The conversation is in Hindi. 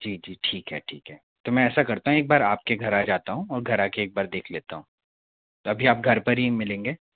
जी जी ठीक है ठीक है तो मैं ऐसा करता हूँ एक बार आपके घर आ जाता हूँ और घर आ कर एक बार देख लेता हूँ तो अभी आप घर पर ही मिलेंगे